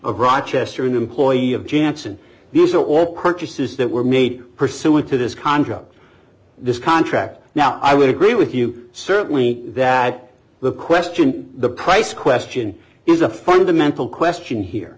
of rochester an employee of janssen these are all purchases that were made pursuant to this contra this contract now i would agree with you certainly that the question the price question is a fundamental question here